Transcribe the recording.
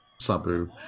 Sabu